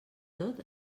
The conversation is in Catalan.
tot